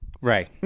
right